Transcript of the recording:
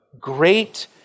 great